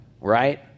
right